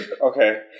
Okay